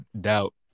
doubt